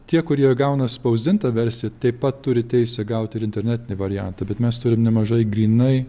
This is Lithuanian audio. tie kurie gauna spausdintą versiją taip pat turi teisę gaut ir internetinį variantą bet mes turim nemažai grynai